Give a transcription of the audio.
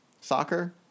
soccer